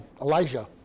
Elijah